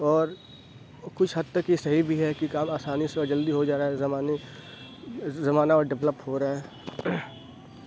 اور کچھ حد تک یہ صحیح بھی ہے کہ کام آسانی سے اور جلدی ہو جا رہا ہے اور زمانے زمانہ ڈیولپ ہو رہا ہے